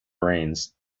brains